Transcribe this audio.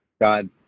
God